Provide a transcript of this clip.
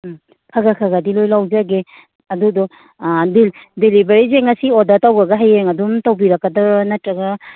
ꯎꯝ ꯈꯔ ꯈꯔꯗꯤ ꯂꯣꯏꯅ ꯂꯧꯖꯒꯦ ꯑꯗꯨꯗꯣ ꯑꯥ ꯗꯤꯂꯤꯕꯔꯤꯁꯦ ꯉꯁꯤ ꯑꯣꯗꯔ ꯇꯧꯕꯒ ꯍꯌꯦꯡ ꯑꯗꯨꯝ ꯇꯧꯕꯤꯔꯛꯀꯗꯔꯣ ꯅꯠꯇ꯭ꯔꯒ